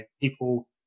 people